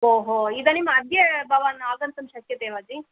ओहो इदानीम् अद्य भवान् आगन्तुं शक्यते वा जि